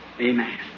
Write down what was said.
Amen